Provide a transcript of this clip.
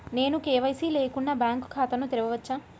నేను కే.వై.సి లేకుండా బ్యాంక్ ఖాతాను తెరవవచ్చా?